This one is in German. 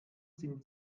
sind